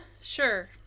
sure